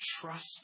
trust